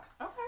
Okay